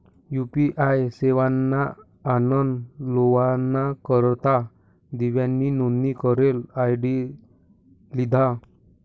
UPI सेवाना आनन लेवाना करता दिव्यानी नोंदनी करेल आय.डी लिधा